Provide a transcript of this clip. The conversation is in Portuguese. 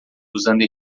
usando